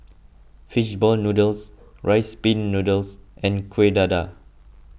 Fish Ball Noodles Rice Pin Noodles and Kuih Dadar